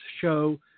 Show